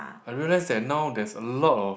I realize that now there's a lot of